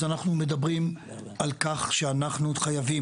אז אנחנו מדברים על כך שאנחנו חייבים,